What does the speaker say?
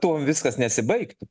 tuom viskas nesibaigtų